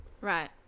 Right